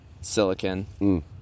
silicon